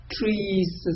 trees